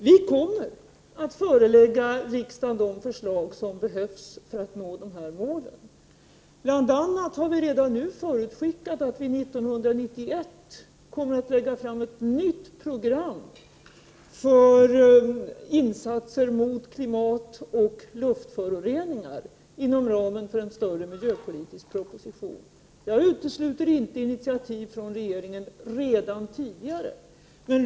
Vi kommer att förelägga riksdagen de förslag som behövs för att nå de här målen. Vi har bl.a. redan nu förutskickat att vi år 1991 inom ramen för en större miljöpolitisk proposition kommer att lägga fram ett nytt program för insatser mot klimatstörningar och luftföroreningar. Jag utesluter inte att initiativ an tas från regeringen redan tidigare.